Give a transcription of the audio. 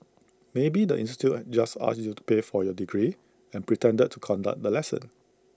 maybe the institute just asked you to pay for your degree and pretended to conduct the lesson